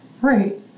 Right